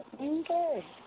Okay